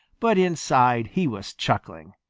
but inside he was chuckling.